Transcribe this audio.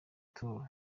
tour